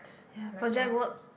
ya project work